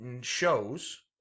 shows